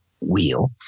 wheel